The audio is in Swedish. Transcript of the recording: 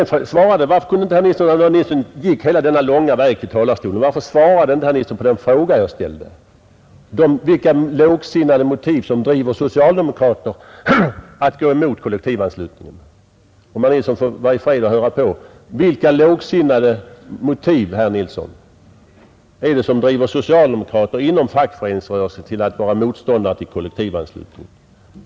När herr Nilsson i Kalmar nu gick hela den långa vägen fram till talarstolen, varför svarade han då inte på den fråga jag ställde till honom, dvs. vilka lågsinnade motiv som driver socialdemokrater att gå emot kollektivanslutningen. Vilka lågsinnade motiv, herr Nilsson, är det som driver socialdemokrater inom fackföreningsrörelsen att vara motståndare till kollektivanslutningen?